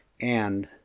and,